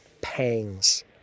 pangs